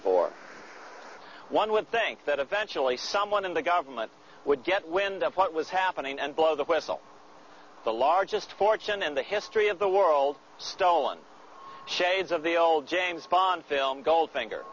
for one would think that eventually someone in the government would get wind of what was happening and blow the whistle the largest fortune in the history of the world stone shades of the old james bond film goldfinger